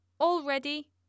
already